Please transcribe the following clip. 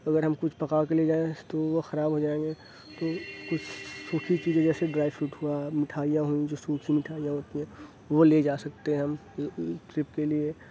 اگر ہم کچھ پکا کے لے جائیں تو وہ خراب ہوجائیں گے تو کچھ سوکھی چیز جیسے ڈرائی فروٹ ہُوا مٹھائیاں ہوئیں جو سوکھی مٹھائیاں ہوتی ہیں وہ لے جا سکتے ہیں ہم ٹرپ کے لیے